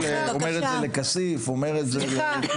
אני אומר את זה לעופר כסיף, אומר את זה לכולם.